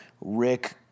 Rick